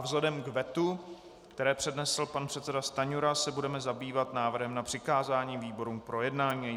Vzhledem k vetu, které přednesl pan předseda Stanjura, se budeme zabývat návrhem na přikázání výborům k projednání.